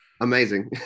Amazing